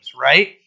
right